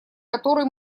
который